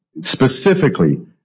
specifically